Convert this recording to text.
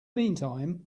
meantime